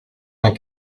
vingt